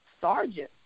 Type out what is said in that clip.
sergeant